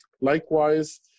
Likewise